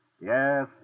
Yes